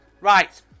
Right